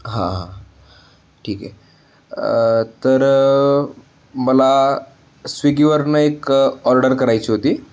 हां हां ठीक आहे तर मला स्विगीवरून एक ऑर्डर करायची होती